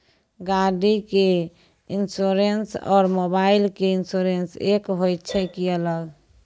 गाड़ी के इंश्योरेंस और मोबाइल के इंश्योरेंस एक होय छै कि अलग?